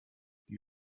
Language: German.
die